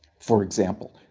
for example,